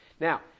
Now